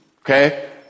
okay